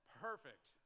Perfect